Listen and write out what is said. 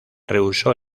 rehusó